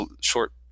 short